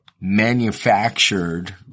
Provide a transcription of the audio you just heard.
manufactured